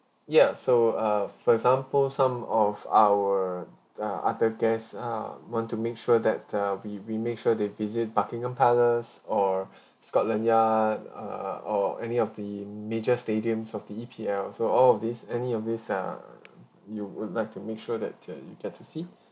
ya so err for example some of our uh other guests err want to make sure that uh we we make sure they visit buckingham palace or scotland yard err or any of the major stadiums of the E_P_L so all of these any of this err you would like to make sure that uh you get to see